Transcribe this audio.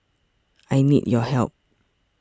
I need your help